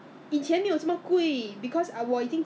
and they will be the one who buy purchase on your behalf